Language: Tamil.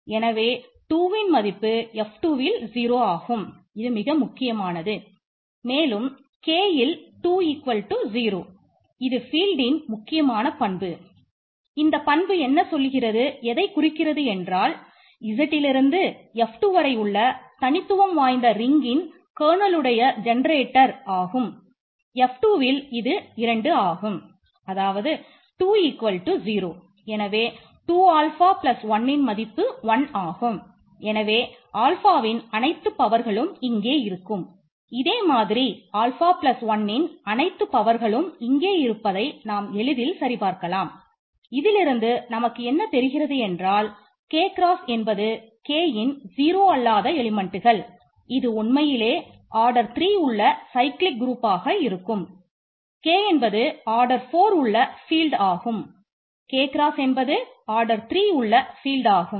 அதாவது 2 0 எனவே 2 ஆல்ஃபா ஆகும்